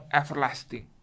everlasting